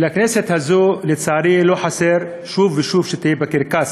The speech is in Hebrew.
ולכנסת הזאת, לצערי, לא חסר שוב ושוב שתהיה בקרקס.